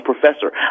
professor